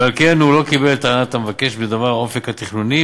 ועל כן הוא לא קיבל את טענת המבקש בדבר האופק התכנוני.